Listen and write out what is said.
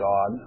God